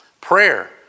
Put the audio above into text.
prayer